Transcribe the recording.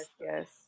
Yes